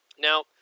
Now